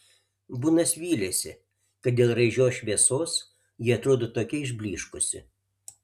bunas vylėsi kad dėl raižios šviesos ji atrodo tokia išblyškusi